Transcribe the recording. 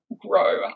grow